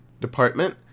department